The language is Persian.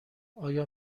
آیا